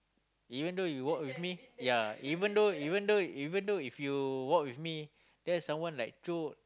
even though you work with me ya even though even though even though if you work with me then someone like throw